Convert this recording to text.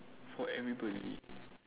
for everybody